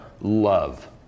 love